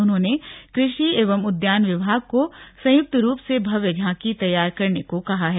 उन्होंने कृषि एवं उद्यान विभाग को संयुक्त रुप से भव्य झांकी तैयार करने को कहा है